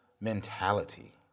mentality